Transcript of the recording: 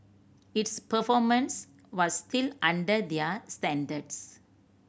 its performance was still under their standards